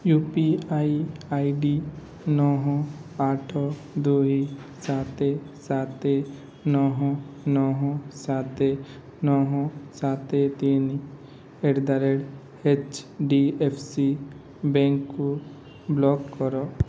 you P I I D ନଅ ଆଠ ଦୁଇ ସାତ ସାତ ନଅ ନଅ ସାତ ନଅ ସାତ ତିନି at the rate H D F C ବ୍ୟାଙ୍କ୍କୁ ବ୍ଲକ୍ କର